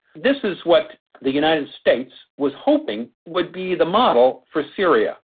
this is what the united states was hoping would be the model for syria.